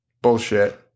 Bullshit